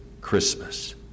Christmas